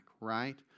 right